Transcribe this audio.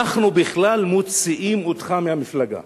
אנחנו בכלל מוציאים אותך מהמפלגה.